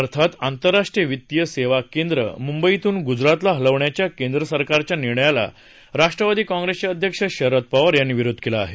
अर्थात आंतरराष्ट्रीय वित्तीय सेवा केंद्र मुंबईतून गुजरातला हलवण्याच्या केंद्र सरकारच्या निर्णयाला राष्ट्रवादी काँग्रेसचे अध्यक्ष शरद पवार यांनी विरोध केला आहे